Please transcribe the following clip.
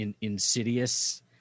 insidious